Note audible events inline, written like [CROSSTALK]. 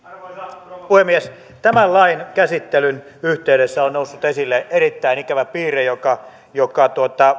[UNINTELLIGIBLE] arvoisa rouva puhemies tämän lain käsittelyn yhteydessä on noussut esille erittäin ikävä piirre joka joka